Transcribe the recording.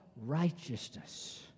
righteousness